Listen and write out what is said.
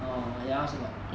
oh ya I also got